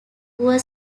poor